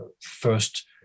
first